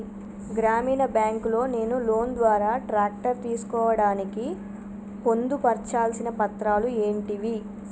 గ్రామీణ బ్యాంక్ లో నేను లోన్ ద్వారా ట్రాక్టర్ తీసుకోవడానికి పొందు పర్చాల్సిన పత్రాలు ఏంటివి?